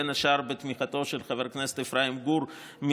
בין השאר בתמיכתו של חבר הכנסת אפרים גור מהמערך,